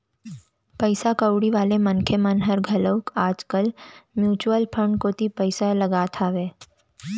पइसा कउड़ी वाले मनखे मन ह घलोक आज कल म्युचुअल फंड कोती पइसा लगात हावय